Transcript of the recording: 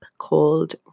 called